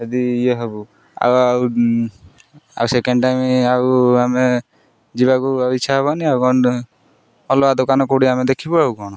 ଯଦି ଇଏ ହବୁ ଆଉ ଆଉ ଆଉ ସେକେଣ୍ଡ ଟାଇମ୍ ଆଉ ଆମେ ଯିବାକୁ ଆଉ ଇଚ୍ଛା ହବନି ଆଉ କ'ଣ ଅଲଗା ଦୋକାନ କେଉଁଠି ଆମେ ଦେଖିବୁ ଆଉ କ'ଣ